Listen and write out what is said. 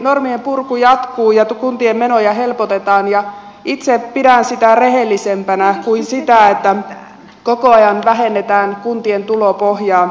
normien purku jatkuu ja kuntien menoja helpotetaan ja itse pidän sitä rehellisempänä kuin sitä että koko ajan vähennetään kuntien tulopohjaa